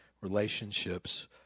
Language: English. Relationships